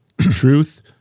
Truth